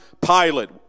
Pilate